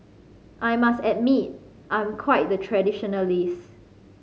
I must admit I'm quite the traditionalist